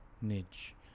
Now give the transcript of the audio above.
niche